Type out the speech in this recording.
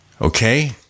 Okay